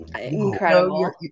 Incredible